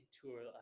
Tour